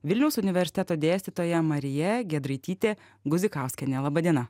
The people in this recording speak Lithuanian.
vilniaus universiteto dėstytoja marija giedraitytė guzikauskienė laba diena